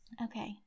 Okay